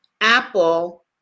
Apple